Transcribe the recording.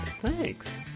Thanks